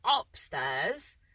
upstairs